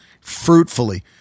fruitfully